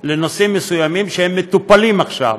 בנושאים מסוימים, והם מטופלים עכשיו.